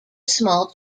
small